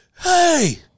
hey